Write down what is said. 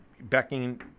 becking